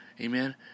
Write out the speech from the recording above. Amen